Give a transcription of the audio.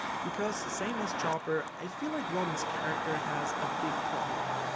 because same as chopper, i feel like robin's character has a big problem.